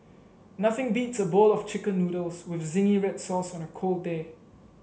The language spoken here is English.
nothing beats a bowl of chicken noodles with zingy red sauce on a cold day